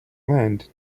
land